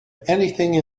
anything